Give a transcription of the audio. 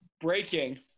Breaking